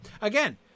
Again